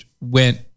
went